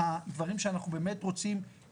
הדברים שאנחנו באמת רוצים להתמקד בהם,